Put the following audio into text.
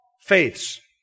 faiths